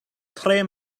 tre